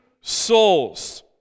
souls